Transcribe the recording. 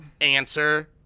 Answer